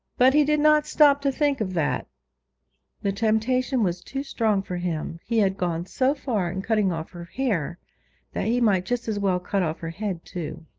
but he did not stop to think of that the temptation was too strong for him he had gone so far in cutting off her hair that he might just as well cut off her head too.